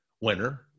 winner